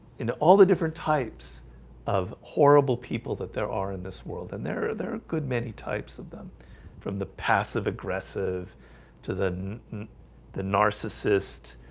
in all the different types of horrible people that there are in this world and there are there are good many types of them from the passive-aggressive to the the narcissist